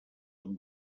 amb